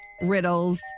riddles